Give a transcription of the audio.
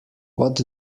what